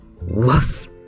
Woof